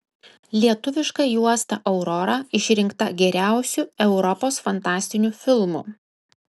lietuviška juosta aurora išrinkta geriausiu europos fantastiniu filmu